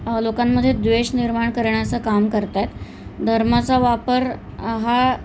लोकांमध्ये द्वेष निर्माण करण्याचं काम करत आहेत धर्माचा वापर हा